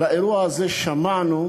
על האירוע הזה שמענו,